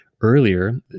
earlier